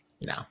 No